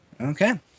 Okay